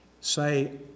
say